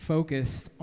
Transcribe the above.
Focused